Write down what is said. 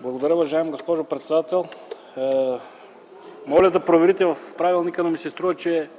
Благодаря, уважаема госпожо председател. Моля да проверите в правилника, но ми се струва, че